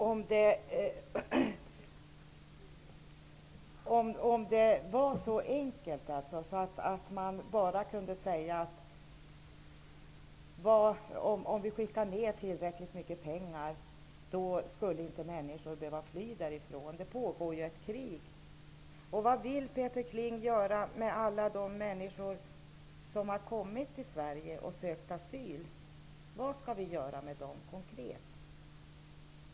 Om det ändå vore så enkelt att man bara kunde säga att om vi skickade ned tillräckligt mycket pengar så skulle inte människor behöva fly därifrån! Det pågår ju ett krig. Vad vill Peter Kling göra med alla de människor som har kommit till Sverige och sökt asyl? Vad skall vi göra med dem, konkret?